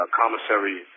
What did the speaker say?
commissary